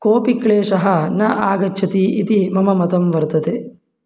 कोपि क्लेशाः न आगच्छन्ति इति मम मतं वर्तते